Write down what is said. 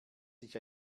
sich